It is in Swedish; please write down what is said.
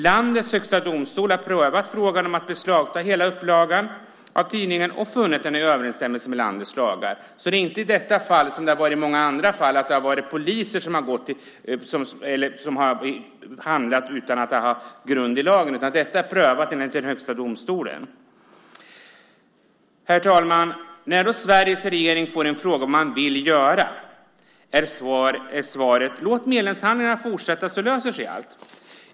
Landets högsta domstol har prövat frågan om att beslagta hela upplagan av tidningen och funnit det i överensstämmelse med landets lagar, så det är inte i detta fall som det har varit i många andra fall att det har varit poliser som har handlat utan att ha grund i lagen. Detta är prövat enligt den högsta domstolen. Herr talman! När då Sveriges regering får en fråga om vad man vill göra är svaret: Låt medlemsförhandlingarna fortsätta, så löser sig allt.